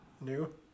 new